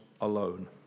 alone